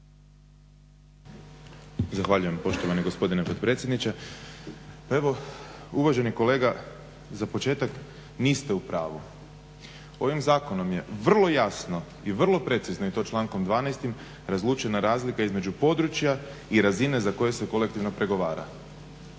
Zahvaljujem poštovani gospodine potpredsjedniče. Evo, uvaženi kolega za početak niste u pravu. Ovim zakonom je vrlo jasno i vrlo precizno i to člankom 12. razlučena razlika između područja i razine za koje se kolektivno pregovara.